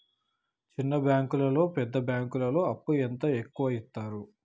చిన్న బ్యాంకులలో పెద్ద బ్యాంకులో అప్పు ఎంత ఎక్కువ యిత్తరు?